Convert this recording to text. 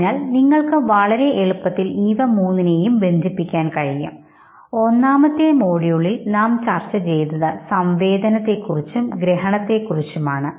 അതിനാൽ നിങ്ങൾക്ക് വളരെ എളുപ്പത്തിൽ ഇവയെ തമ്മിൽ ബന്ധിപ്പിക്കാൻ കഴിയും ഒന്നാമത്തെ മോഡ്യൂളിൽ നാം ചർച്ച ചെയ്തത് സംവേദനത്തെത്തെക്കുറിച്ചും ഗ്രഹണത്തെക്കുറിച്ചുമാണ്